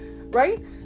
right